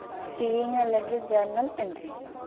ᱛᱮᱦᱮᱧᱟᱜ ᱞᱟᱹᱜᱤᱫ journal entry